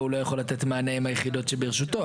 הוא לא יכול לתת מענה עם היחידות שברשותו,